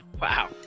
Wow